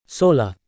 sola